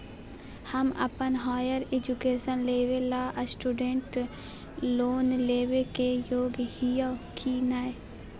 हम अप्पन higher education लेबे ला स्टूडेंट लोन लेबे के योग्य हियै की नय?